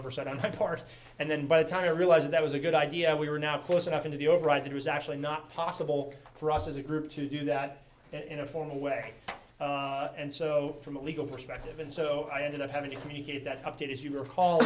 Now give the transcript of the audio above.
oversight on one part and then by the time i realized that was a good idea we were not close enough into the override that was actually not possible for us as a group to do that in a formal way and so from a legal perspective and so i ended up having to communicate that update as you recall